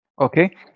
Okay